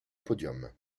podium